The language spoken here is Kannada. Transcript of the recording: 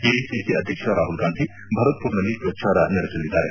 ಎಐಸಿಸಿ ಅಧ್ಯಕ್ಷ ರಾಹುಲ್ ಗಾಂಧಿ ಭರತ್ಪುರ್ನಲ್ಲಿ ಪ್ರಚಾರ ನಡೆಸಲಿದ್ದಾರೆ